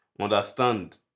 Understand